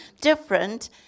different